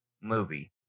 movie